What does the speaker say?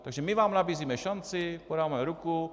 Takže my vám nabízíme šanci, podáváme ruku.